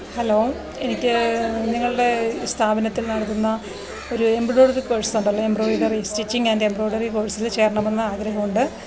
hello എനിക്ക് നിങ്ങളുടെ സ്ഥാപനത്തില് നടത്തുന്ന ഒരു എംബ്രോയിഡറി കോഴ്സുണ്ടല്ലോ എംബ്രോയിഡറി സ്റ്റിച്ചിംഗ് ആന്ഡ് എംബ്രോയിഡറി കോഴ്സിന് ചേരണമെന്ന് ആഗ്രഹമുണ്ട്